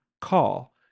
call